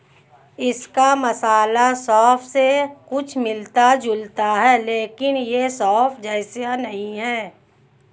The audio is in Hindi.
इसका मसाला सौंफ से कुछ मिलता जुलता है लेकिन यह सौंफ जैसा नहीं है